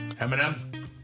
Eminem